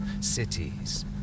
cities